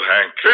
Hank